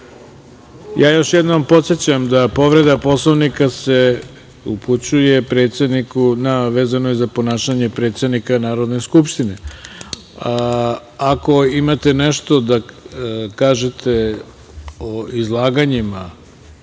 Dobro. Još jednom podsećam da povreda Poslovnika se upućuje predsedniku, a vezano je za ponašanje predsednika Narodne skupštine. Ako imate nešto da kažete o izlaganjima